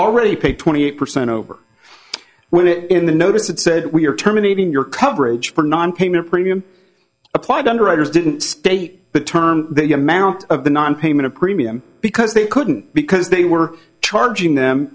already paid twenty eight percent over when it in the notice it said we are terminating your coverage for nonpayment premium applied underwriters didn't state but term the amount of the nonpayment of premium because they couldn't because they were charging them